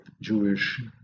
Jewish